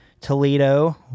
Toledo